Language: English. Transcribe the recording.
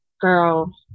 girl